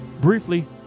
Briefly